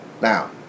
Now